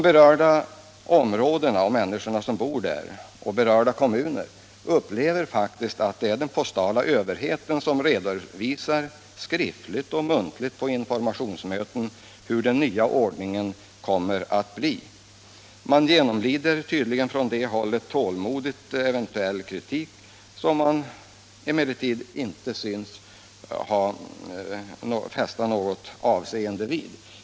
Berörda områden och kommuner och människorna som bor där upplever faktiskt att det är den postala överheten som redovisar skriftligt och muntligt på informationsmöten hur den nya ordningen kommer att bli. Myndighetspersonerna genomlider tålmodigt eventuell kritik, som man emellertid inte synes fästa något avseende vid.